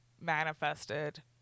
manifested